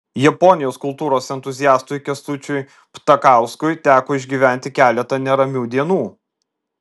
japonijos kultūros entuziastui kęstučiui ptakauskui teko išgyventi keletą neramių dienų